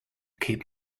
keep